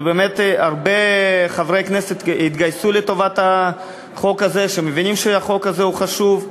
ובאמת הרבה חברי כנסת שהתגייסו לטובת החוק הזה מבינים שהחוק הזה חשוב.